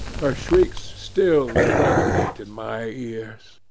her shrieks still reverberate in my ears!